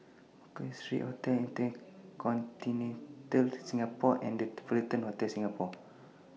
Street Hotel InterContinental Singapore and The Fullerton Hotel Singapore